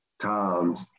times